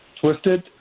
twisted